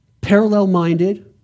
parallel-minded